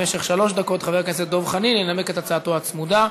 במשך שלוש דקות חבר הכנסת דב חנין ינמק את הצעתו הצמודה.